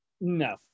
No